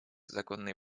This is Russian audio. законные